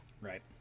right